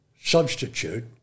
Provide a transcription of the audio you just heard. substitute